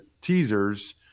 teasers